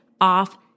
off